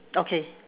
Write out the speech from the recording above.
okay